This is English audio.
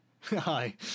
Hi